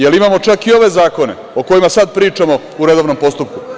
Jel imamo čak i ove zakone o kojima sada pričamo u redovnom postupku?